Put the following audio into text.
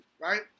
right